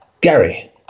Gary